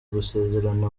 gusezerana